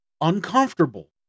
uncomfortable